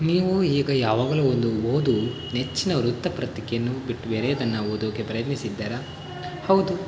ನೀವು ಈಗ ಯಾವಾಗಲೂ ಒಂದು ಓದು ನೆಚ್ಚಿನ ವೃತ್ತಪತ್ರಿಕೆಯನ್ನು ಬಿಟ್ಟು ಬೇರೆದನ್ನು ಓದೋಕ್ಕೆ ಪ್ರಯತ್ನಿಸಿದ್ದೀರಾ ಹೌದು